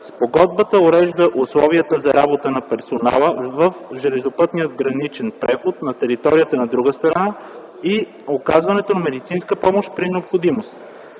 Спогодбата урежда условията за работа на персонала в железопътния граничен преход на територията на другата страна и оказването на медицинска помощ при необходимост,